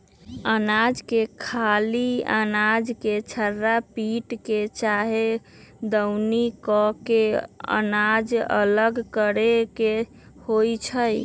अनाज के खाली अनाज के झार पीट के चाहे दउनी क के अनाज अलग करे के होइ छइ